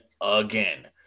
again